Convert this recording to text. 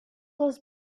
was